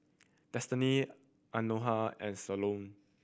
Destiny Anona and Solon